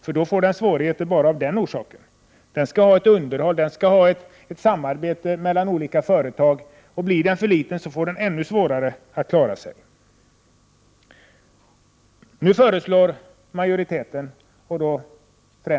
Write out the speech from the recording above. Då får industrin svårigheter av den orsaken. Industrin skall samarbeta med andra företag, och blir den för liten får den ännu svårare att klara sig.